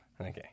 Okay